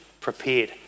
prepared